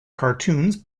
cartoons